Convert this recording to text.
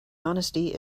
honesty